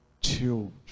children